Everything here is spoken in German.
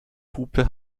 hupe